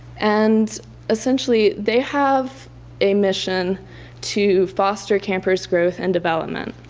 and essentially they have a mission to foster camper's growth and development.